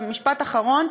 משפט אחרון.